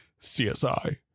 CSI